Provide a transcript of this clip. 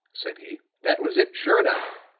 said he. that was it, sure enough.